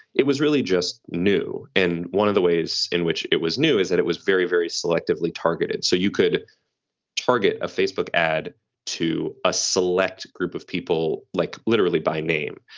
it was really just new. and one of the ways in which it was new is that it was very, very selectively targeted. so you could target a facebook ad to a select group of people like literally by name.